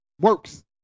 works